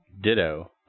Ditto